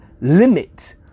limit